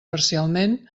parcialment